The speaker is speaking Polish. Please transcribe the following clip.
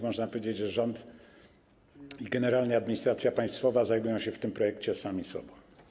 Można powiedzieć, że rząd i generalnie administracja państwowa zajmują się w tym projekcie sami sobą.